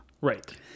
right